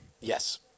Yes